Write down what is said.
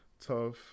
tough